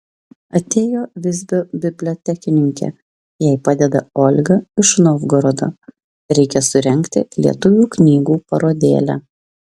atėjo visbio bibliotekininkė jai padeda olga iš novgorodo reikia surengti lietuvių knygų parodėlę